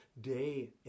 day